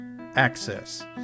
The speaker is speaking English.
Access